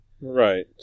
Right